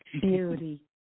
Beauty